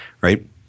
right